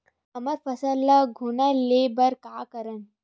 हमर फसल ल घुना ले बर का करन?